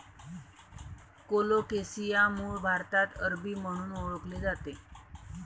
colocasia मूळ भारतात अरबी म्हणून ओळखले जाते